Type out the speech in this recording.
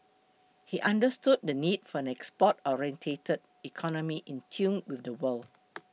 he understood the need for an export oriented economy in tune with the world